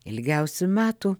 ilgiausių metų